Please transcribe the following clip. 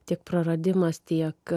tiek praradimas tiek